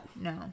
No